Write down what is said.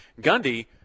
Gundy